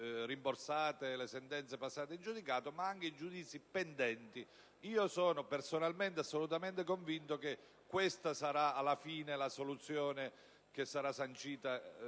rimborsate e le sentenze passate in giudicato ma anche i giudizi pendenti. Io sono personalmente assolutamente convinto che questa sarà alla fine la soluzione che sarà sancita